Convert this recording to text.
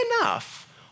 enough